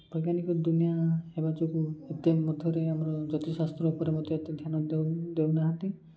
ବୈଜ୍ଞାନିକ ଦୁନିଆଁ ହେବା ଯୋଗୁଁ ଏତେ ମଧ୍ୟରେ ଆମର ଜ୍ୟୋତିଷଶାସ୍ତ୍ର ଉପରେ ମଧ୍ୟ ଏତେ ଧ୍ୟାନଉ ଦେଉ ଦେଉ ନାହାନ୍ତି